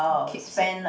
keeps it